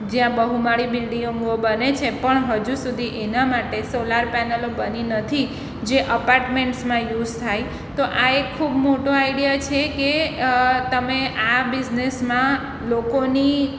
જ્યાં બહુમાળી બિલ્ડીંગો બને છે પણ હજુ સુધી એના માટે સોલાર પેનલો બની નથી જે એપાર્ટમેન્ટ્સમાં યુઝ થાય તો આ એક ખૂબ મોટો આઈડિયા છે કે તમે આ બિઝનેસમાં લોકોની